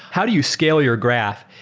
how do you scale your graph?